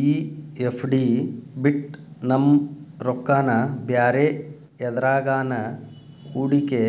ಈ ಎಫ್.ಡಿ ಬಿಟ್ ನಮ್ ರೊಕ್ಕನಾ ಬ್ಯಾರೆ ಎದ್ರಾಗಾನ ಹೂಡಿಕೆ